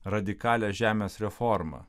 radikalią žemės reformą